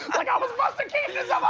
like i was buster keaton